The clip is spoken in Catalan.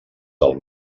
del